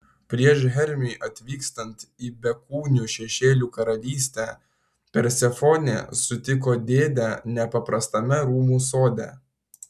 prieš hermiui atvykstant į bekūnių šešėlių karalystę persefonė sutiko dėdę nepaprastame rūmų sode